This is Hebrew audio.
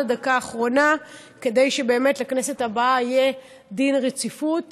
הדקה האחרונה כדי שבכנסת הבאה יהיה דין רציפות